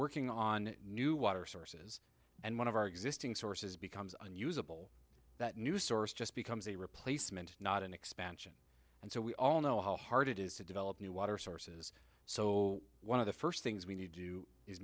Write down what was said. working on new water sources and one of our existing sources becomes unusable that new source just becomes a replacement not an expansion and so we all know how hard it is to develop new water sources so one of the first things we need to do is